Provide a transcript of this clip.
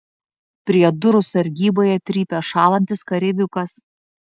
prie durų sargyboje trypia šąlantis kareiviukas